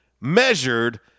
measured